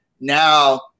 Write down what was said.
now